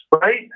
right